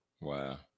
wow